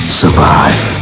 survive